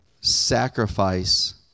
sacrifice